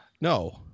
no